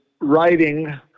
writing